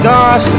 God